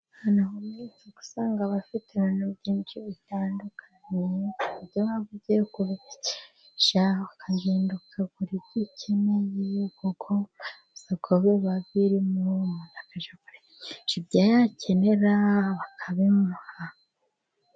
Abantu benshi usanga abafite ibintu byinshi bitandukanyekanye, n'iyo waba ugiye kubigurisha, ukagenda ukagura ibyo ukeneye, kuko ku isoko biba birimo, ibyo yakenera bakabimuha.